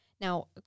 Now